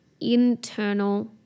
internal